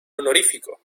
honorífico